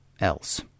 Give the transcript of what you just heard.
else